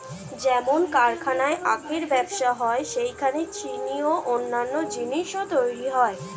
যেসব কারখানায় আখের ব্যবসা হয় সেখানে চিনি ও অন্যান্য জিনিস তৈরি হয়